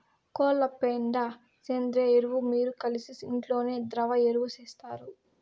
కోళ్ల పెండ సేంద్రియ ఎరువు మీరు కలిసి ఇంట్లోనే ద్రవ ఎరువు చేస్తారు